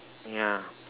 yeah